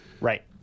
right